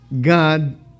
God